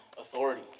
authority